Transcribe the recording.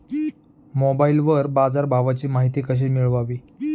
मोबाइलवर बाजारभावाची माहिती कशी मिळवावी?